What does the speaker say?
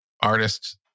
artists